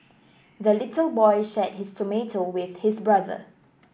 the little boy shared his tomato with his brother